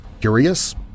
Curious